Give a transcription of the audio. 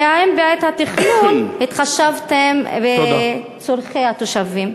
3. האם בעת התכנון התחשבתם בצורכי התושבים?